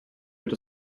wird